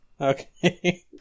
Okay